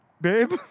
babe